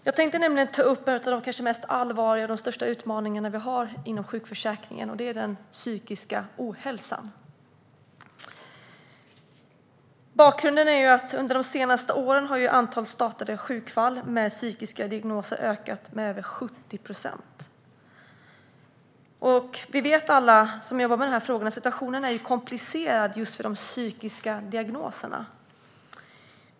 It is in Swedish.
Jag tänkte ta upp en av de kanske allvarligaste och största utmaningarna vi har inom sjukförsäkringen, och det är den psykiska ohälsan. Bakgrunden är att antalet startade sjukfall på grund av psykiska diagnoser ökat med över 70 procent under de senaste åren. Alla vi som jobbar med dessa frågor vet att situationen är komplicerad för dem med psykiska diagnoser.